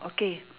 okay